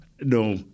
No